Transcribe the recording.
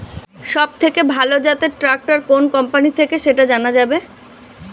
সবথেকে ভালো জাতের ট্রাক্টর কোন কোম্পানি থেকে সেটা জানা যাবে?